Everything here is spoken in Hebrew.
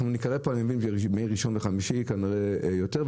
אנחנו ניקרא פה בימי ראשון וחמישי כנראה יותר,